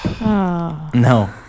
No